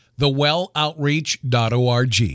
Thewelloutreach.org